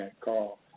call